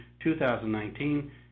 2019